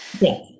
Yes